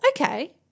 okay